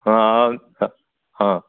हां हां